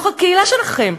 בתוך הקהילה שלכם,